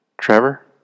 Trevor